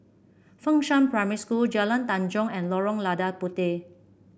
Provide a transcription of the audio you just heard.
Fengshan Primary School Jalan Tanjong and Lorong Lada Puteh